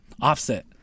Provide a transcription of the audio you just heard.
Offset